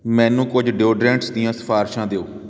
ਮੈਨੂੰ ਕੁਝ ਡੀਓਡਰੈਂਟਸ ਦੀਆਂ ਸਿਫਾਰਸ਼ ਦਿਓ